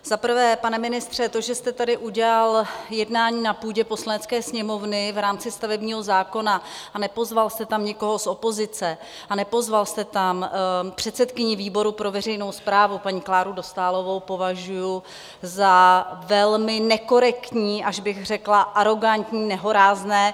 Za prvé, pane ministře, to, že jste tady udělal jednání na půdě Poslanecké sněmovny v rámci stavebního zákona a nepozval jste tam nikoho z opozice a nepozval jste tam předsedkyni výboru pro veřejnou správu, paní Kláru Dostálovou, považuji za velmi nekorektní, až bych řekla arogantní, nehorázné.